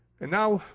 and now,